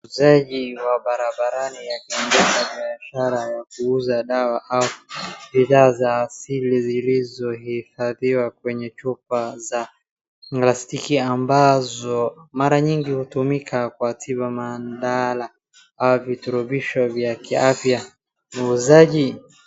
Muuzaji wa barabarani akiendesha biashara ya kuuza dawa au bidhaa za asili zilizohifadhiwa kwenye chupa za plastiki ambazo mara nyingi hutumika wakati wa maandara au virutubisho vya kiafya, muuzaji.